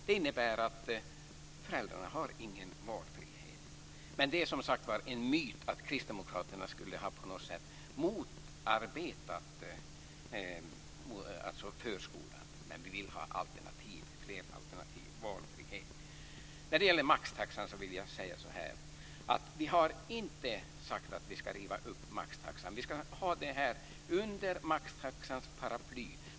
Det innebär att föräldrarna inte har någon valfrihet. Det är som sagt var en myt att Kristdemokraterna på något sätt skulle ha motarbetat förskolan, men vi vill ha fler alternativ, valfrihet. När det gäller maxtaxan vill jag påpeka att vi inte har sagt att vi ska riva upp den. Vi ska ha det här under maxtaxans paraply.